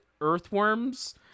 earthworms